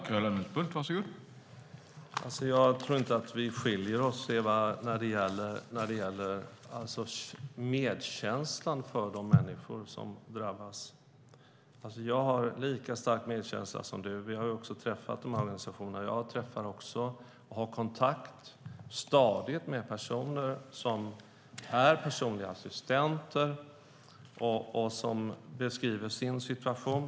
Herr talman! Jag tror inte att Eva Olofsson och jag skiljer oss åt när det gäller medkänslan för de människor som drabbas. Jag har lika stark medkänsla som du. Vi har också träffat dessa organisationer. Jag har stadigt kontakt med personer som har personliga assistenter och som beskriver sin situation.